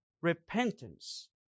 repentance